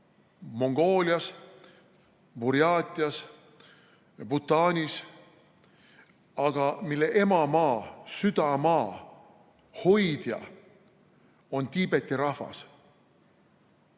Mongoolias, Burjaatias ja Bhutanis, aga mille emamaa, südamaa, hoidja on Tiibeti rahvas.